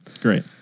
great